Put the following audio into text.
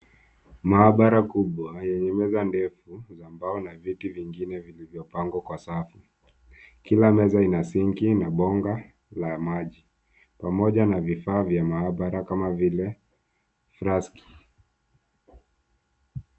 Maabara kubwa yenye meza ndefu za mbao na viti vingine vilivyopangwa kwa safu. Kila meza ina sinki na bomba la maji pamoja na vifaa vya maabara kama vile flaski .